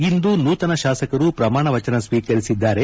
ಇಂದು ನೂತನ ಶಾಸಕರು ಪ್ರಮಾಣ ವಚನ ಸ್ವೀಕರಿಸಿದ್ದಾರೆ